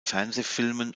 fernsehfilmen